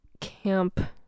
camp